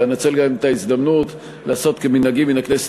ואנצל גם את ההזדמנות לעשות כמנהגי מן הכנסת